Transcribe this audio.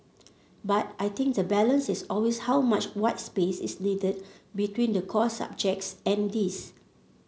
but I think the balance is always how much white space is needed between the core subjects and this